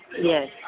Yes